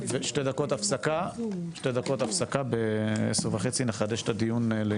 הישיבה ננעלה בשעה 10:27.